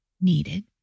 needed